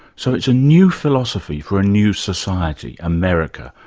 so it's a new philosophy for a new society, america.